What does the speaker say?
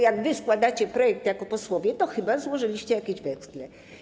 Jak wy składacie projekt jako posłowie, to chyba złożyliście jakieś weksle?